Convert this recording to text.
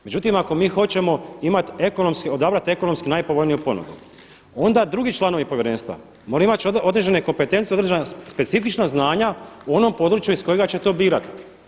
Međutim ako mi hoćemo odabrati ekonomski najpovoljniju ponudu onda drugi članovi povjerenstva moraju imati određene kompetencije, određena specifična znanja u onom području iz kojega će to birati.